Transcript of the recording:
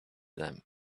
them